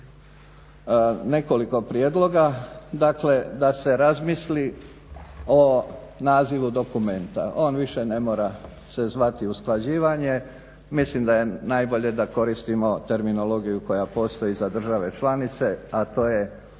nekoliko prijedloga. Dakle, da se razmisli o nazivu dokumenta. On više ne mora se zvati usklađivanje. Mislim da je najbolje da koristimo terminologiju koja postoji za države članice a to je